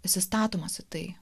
įsistatomas tai